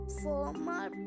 Former